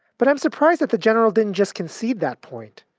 but i'm surprised that the general didn't just concede that point